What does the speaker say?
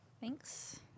Thanks